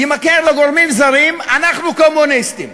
יימכר לגורמים זרים, אנחנו קומוניסטים.